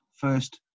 first